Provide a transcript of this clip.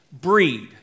breed